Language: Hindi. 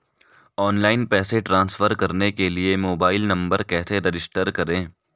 ऑनलाइन पैसे ट्रांसफर करने के लिए मोबाइल नंबर कैसे रजिस्टर करें?